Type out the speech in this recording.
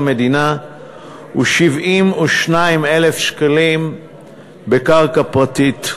מדינה ו-72,000 שקלים בקרקע פרטית.